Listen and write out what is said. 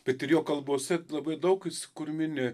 bet ir jo kalbose labai daug jis kur mini